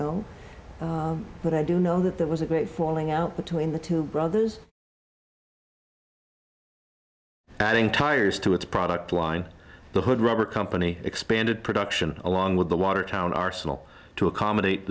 know but i do know that there was a great falling out between the two brothers adding tires to its product line the hood rubber company expanded production along with the watertown arsenal to accommodate